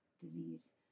disease